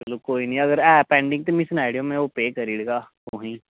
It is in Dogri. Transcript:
ते चलो कोई निं अगर ऐ पैंडिंग ते मिगी सनाई ओड़ेओ ते पे करी ओड़गा तुसें ई